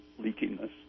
leakiness